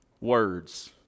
words